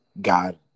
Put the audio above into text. god